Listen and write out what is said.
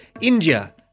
India